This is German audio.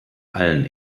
allen